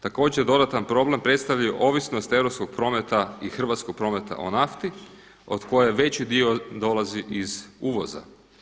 Također dodatan problem predstavlja i ovisnost europskog prometa i hrvatskog prometa o nafti od koje veći dio dolazi iz uvoza.